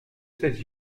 ses